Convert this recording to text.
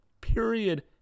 period